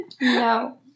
No